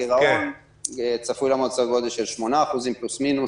הגירעון צפוי להיות בסביבות 8% פלוס-מינוס,